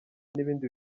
n’ibindi